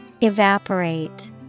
Evaporate